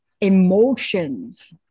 emotions